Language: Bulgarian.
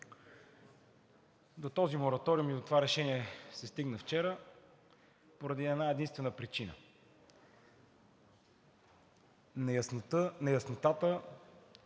До този мораториум и до това решение се стигна вчера поради една единствена причина – неяснотата